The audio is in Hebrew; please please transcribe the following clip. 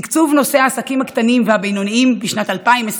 תקצוב נושא העסקים הקטנים והבינוניים בשנת 2023